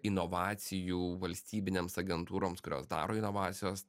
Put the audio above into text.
inovacijų valstybinėms agentūroms kurios daro inovacijos